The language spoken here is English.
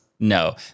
No